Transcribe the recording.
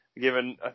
given